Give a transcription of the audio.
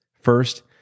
First